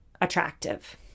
attractive